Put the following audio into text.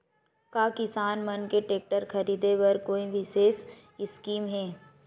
का किसान मन के टेक्टर ख़रीदे बर कोई विशेष स्कीम हे?